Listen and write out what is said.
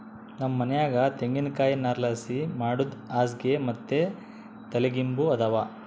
ನಮ್ ಮನ್ಯಾಗ ತೆಂಗಿನಕಾಯಿ ನಾರ್ಲಾಸಿ ಮಾಡಿದ್ ಹಾಸ್ಗೆ ಮತ್ತೆ ತಲಿಗಿಂಬು ಅದಾವ